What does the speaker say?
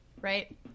right